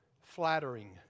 flattering